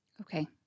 Okay